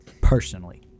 personally